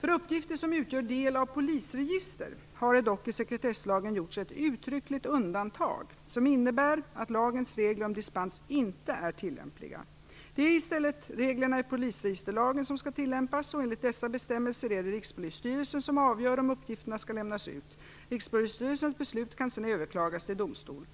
För uppgifter som utgör del av polisregister har det dock i sekretesslagen gjorts ett uttryckligt undantag som innebär att lagens regler om dispens inte är tillämpliga. Det är i stället reglerna i polisregisterlagen som skall tillämpas. Enligt dessa bestämmelser är det Rikspolisstyrelsen som avgör om uppgifterna skall lämnas ut. Rikspolisstyrelsens beslut kan sedan överklagas till domstol.